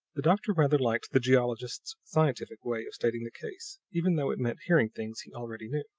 the doctor rather liked the geologist's scientific way of stating the case, even though it meant hearing things he already knew.